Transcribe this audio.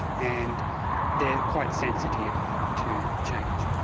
and they are quite sensitive to change.